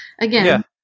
Again